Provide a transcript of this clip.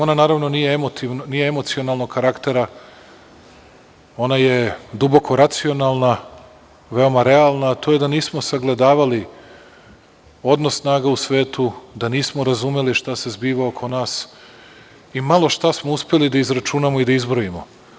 Ona naravno nije emocionalnog karaktera, ona je duboko racionalna, veoma realna, a to je da nismo sagledavali odnos snaga u svetu, da nismo razumeli šta se zbiva oko nas i malo šta smo uspeli da izračunamo i da izbrojimo.